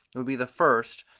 would be the first,